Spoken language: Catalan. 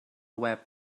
web